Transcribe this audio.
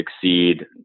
succeed